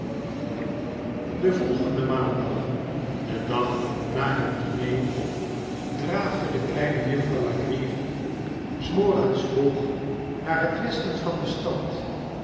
den volgenden maandag den dag na het diner draafde de kleine juffrouw la creevy s morgens vroeg naar het westen van de stad